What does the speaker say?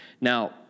Now